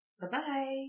Bye-bye